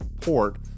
port